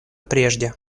прежде